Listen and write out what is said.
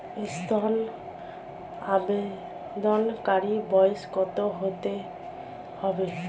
ঋন আবেদনকারী বয়স কত হতে হবে?